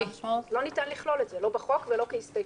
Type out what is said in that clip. לא ניתן לכלול את זה לא בחוק ולא כהסתייגות.